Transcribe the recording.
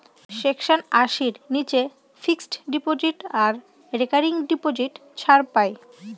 section আশির নীচে fixed deposit আর রেকারিং ডিপোজিট ছাড় পাই